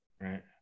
right